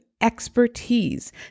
expertise